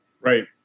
Right